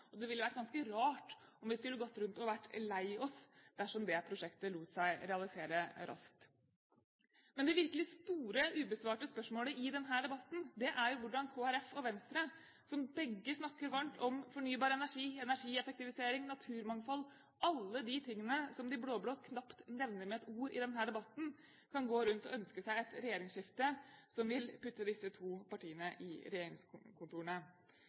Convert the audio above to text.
Og det ville vært ganske rart om vi skulle gått rundt og vært lei oss dersom det prosjektet lot seg realisere raskt. Men det virkelig store ubesvarte spørsmålet i denne debatten er hvordan Kristelig Folkeparti og Venstre, som begge snakker varmt om fornybar energi, energieffektivisering, naturmangfold – alle de tingene som de blå-blå knapt nevner med et ord i denne debatten – kan gå rundt og ønske seg et regjeringsskifte som vil bringe disse to partiene – de blå-blå – inn i regjeringskontorene.